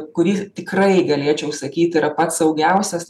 kurį tikrai galėčiau sakyt yra pats saugiausias